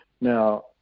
now